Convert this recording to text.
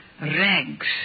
rags